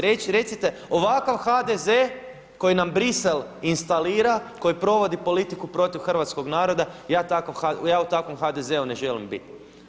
Recite, ovakav HDZ koji nam Brisel instatila, koji provodi politiku protiv hrvatskog naroda ja u takvom HDZ-u ne želim biti.